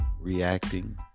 reacting